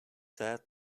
said